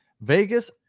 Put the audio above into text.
Vegas